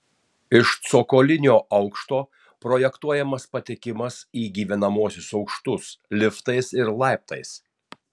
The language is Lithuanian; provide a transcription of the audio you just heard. iš cokolinio aukšto projektuojamas patekimas į gyvenamuosius aukštus liftais ir laiptais